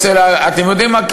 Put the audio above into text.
אתם יודעים מה?